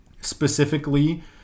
Specifically